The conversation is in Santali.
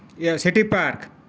ᱤᱭᱟᱹ ᱥᱤᱴᱤ ᱯᱟᱨᱠ ᱸ